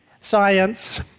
science